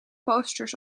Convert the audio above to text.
posters